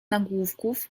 nagłówków